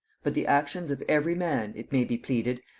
but the actions of every man, it may be pleaded,